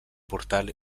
portal